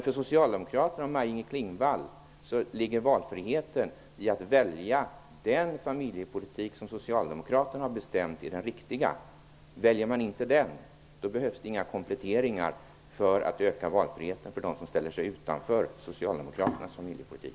För Socialdemokraterna och Maj-Inger Klingvall ligger valfriheten i att välja den familjepolitik som Socialdemokraterna har bestämt är den riktiga. Det behövs kompletteringar för att öka valfriheten för dem som ställer sig utanför Socialdemokraternas familjepolitik.